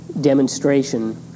demonstration